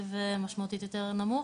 ובתקציב משמעותית יותר נמוך.